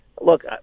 Look